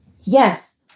yes